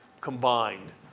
combined